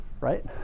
right